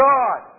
God